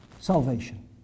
salvation